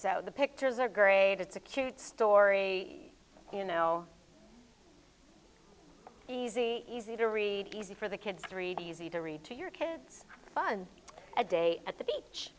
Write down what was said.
so the pictures are grade it's a cute story you know easy easy to read easy for the kids three easy to read to your kids fun a day at the beach